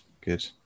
good